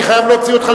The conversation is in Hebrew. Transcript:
אני חייב להוציא אותך,